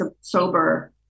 sober